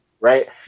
right